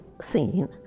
scene